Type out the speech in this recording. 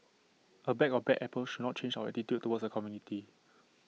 A bag of bad apples should not change our attitude towards the community